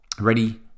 ready